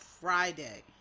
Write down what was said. Friday